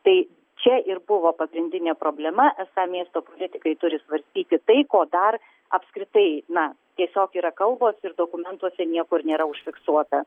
tai čia ir buvo pagrindinė problema esą miesto politikai turi svarstyti tai ko dar apskritai na tiesiog yra kalbos ir dokumentuose niekur nėra užfiksuota